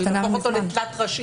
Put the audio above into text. להפוך אותו לתלת-ראשי,